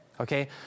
Okay